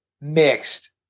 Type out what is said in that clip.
mixed